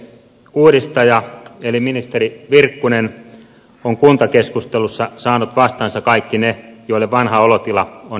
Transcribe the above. uudistaja eli ministeri virkkunen on kuntakeskustelussa saanut vastaansa kaikki ne joille vanha olotila on edullinen